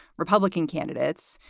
republican candidates,